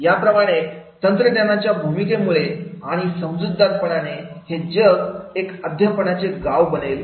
याप्रमाणे तंत्रज्ञानाच्या भूमिके मुळे आणि समजुतदारपणाने हे जग एक अध्यापणाचे गाव बनेल